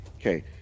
Okay